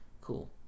Cool